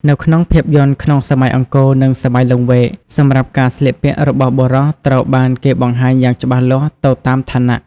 នៅក្នុងភាពយន្តក្នុងសម័យអង្គរ និងសម័យលង្វែក សម្រាប់ការស្លៀកពាក់របស់បុរស ត្រូវបានគេបង្ហាញយ៉ាងច្បាស់លាស់ទៅតាមឋានៈ។